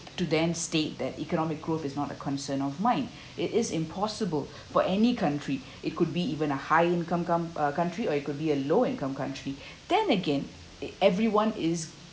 to then state that economic growth is not a concern of mine it is impossible for any country it could be even a high income come a country or it could be a low income country then again it everyone is